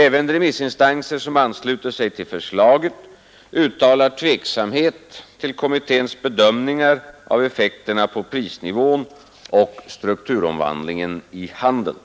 Även remissinstanser som ansluter sig till förslaget uttalar tveksamhet till kommitténs bedömningar av effekterna på prisnivån och strukturomvandlingen i handeln.